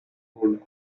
hood